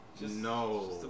No